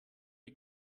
die